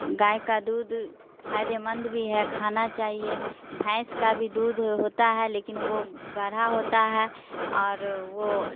گائے کا دودھ فائدے مند بھی ہے کھانا چاہیے بھینس کا بھی دودھ ہوتا ہے لیکن وہ گاڑھا ہوتا ہے اور وہ